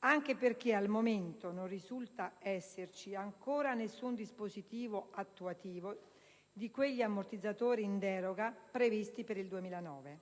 anche perché al momento non risulta esserci ancora nessun dispositivo attuativo di quegli ammortizzatori in deroga previsti per il 2009.